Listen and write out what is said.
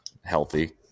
healthy